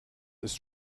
ist